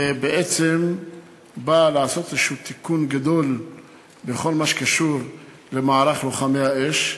ובעצם באה לעשות איזשהו תיקון גדול בכל מה שקשור למערך לוחמי האש,